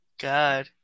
God